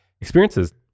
experiences